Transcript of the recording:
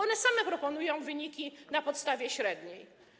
One same proponują wyniki na podstawie średniej.